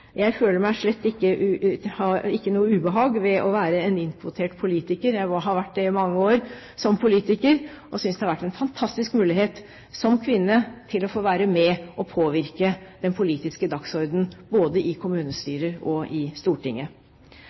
Jeg føler slett ikke noe ubehag ved å være en innkvotert politiker. Jeg har vært det i mange år, og synes det har vært en fantastisk mulighet som kvinne til å få være med og påvirke den politiske dagsordenen både i kommunestyrer og i Stortinget.